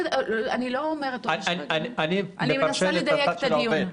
אני לא אומרת עונש, אני מנסה לדייק את הדיון.